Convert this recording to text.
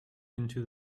into